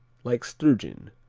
like sturgeon,